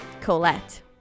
Colette